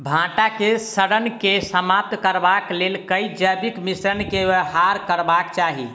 भंटा केँ सड़न केँ समाप्त करबाक लेल केँ जैविक मिश्रण केँ व्यवहार करबाक चाहि?